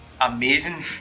amazing